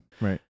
Right